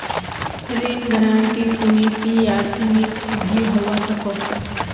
ऋण गारंटी सीमित या असीमित भी होवा सकोह